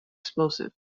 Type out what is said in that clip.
explosive